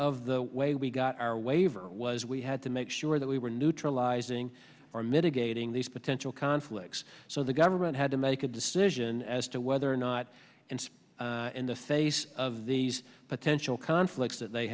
of the way we got our waiver was we had to make sure that we were neutralizing or mitigating these potential conflicts so the government had to make a decision as to whether or not in the face of these potential conflicts that they